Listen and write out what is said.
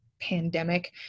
pandemic